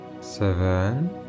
Seven